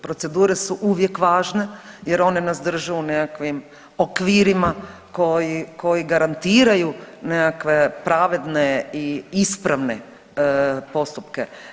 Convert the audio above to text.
Procedure su uvijek važne jer one nas drže u nekakvim okvirima koji garantiraju nekakve pravedne i ispravne postupke.